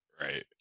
right